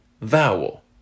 vowel